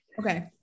Okay